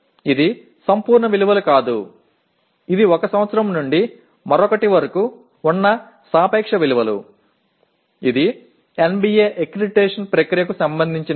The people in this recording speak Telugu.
ఇది సంపూర్ణ విలువలు కాదు ఇది 1 సంవత్సరం నుండి మరొకటి వరకు ఉన్న సాపేక్ష విలువలు ఇది NBA అక్రిడిటేషన్ ప్రక్రియకు సంబంధించినది